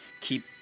keep